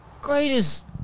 greatest